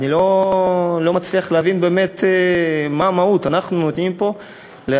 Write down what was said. אני לא מצליח להבין באמת מה המהות: אנחנו נותנים פה לעשרות-אלפי